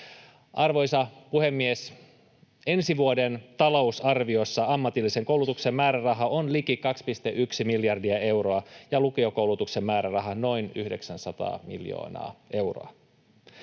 Arvoisa puhemies! Ensi vuoden talousarviossa ammatillisen koulutuksen määräraha on liki 2,1 miljardia euroa ja lukiokoulutuksen määräraha noin 900 miljoonaa euroa.